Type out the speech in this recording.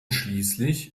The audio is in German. schließlich